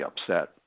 upset